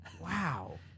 Wow